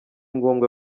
ngombwa